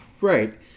Right